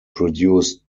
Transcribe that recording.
produced